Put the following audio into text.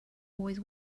always